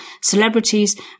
celebrities